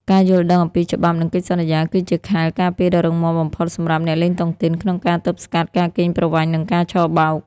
ការយល់ដឹងអំពីច្បាប់ និងកិច្ចសន្យា គឺជាខែលការពារដ៏រឹងមាំបំផុតសម្រាប់អ្នកលេងតុងទីន ក្នុងការទប់ស្កាត់ការកេងប្រវ័ញ្ច និងការឆបោក។